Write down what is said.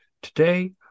Today